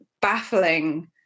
baffling